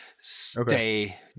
stay